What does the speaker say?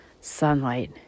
sunlight